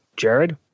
Jared